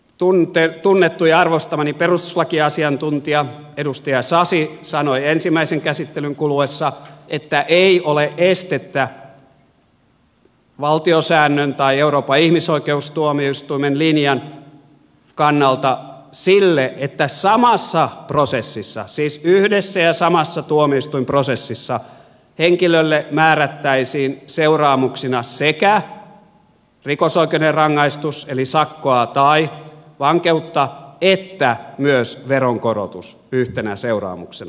tunnettu ja arvostamani perustuslakiasiantuntija edustaja sasi sanoi ensimmäisen käsittelyn kuluessa että ei ole estettä valtiosäännön tai euroopan ihmisoikeustuomioistuimen linjan kannalta sille että samassa prosessissa siis yhdessä ja samassa tuomioistuinprosessissa henkilölle määrättäisiin seuraamuksina sekä rikosoikeudellinen rangaistus eli sakkoa tai vankeutta että myös veronkorotus yhtenä seuraamuksena